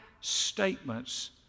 statements